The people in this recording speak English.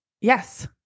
Yes